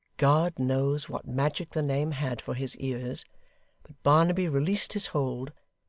god knows what magic the name had for his ears but barnaby released his hold,